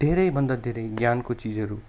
धेरै भन्दा धेरै ज्ञानको चिजहरू